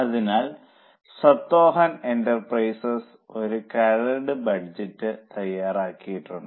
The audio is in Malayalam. അതിനാൽ സത്വാഹൻ എന്റർപ്രൈസസ് ഒരു കരട് ബജറ്റ് തയ്യാറാക്കിയിട്ടുണ്ട്